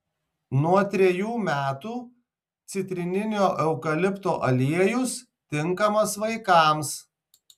nuo trejų metų citrininio eukalipto aliejus tinkamas vaikams